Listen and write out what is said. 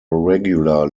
regular